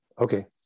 okay